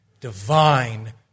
Divine